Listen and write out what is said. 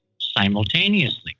simultaneously